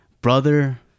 brother